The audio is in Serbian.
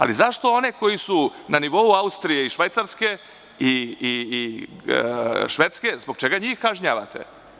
Ali, zašto one koji su na nivou Austrije i Švajcarske i Švedske, zbog čega njih kažnjavate?